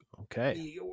Okay